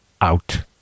Out